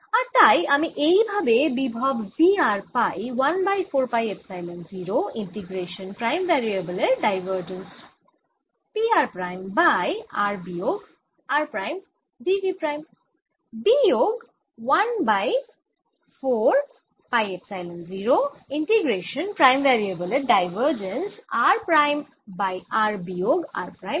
আর তাই আমি এই ভাবে বিভব v r pi 1 by 4 pi epsilon 0 integration prime variable এর divergence P r prime by r বিয়োগ r prime d v prime বিয়োগ 1 by 4 pi epsilon 0 integration prime variable এর divergence r prime by r বিয়োগ r prime d v prime